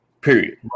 period